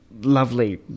lovely